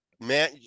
man